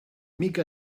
mica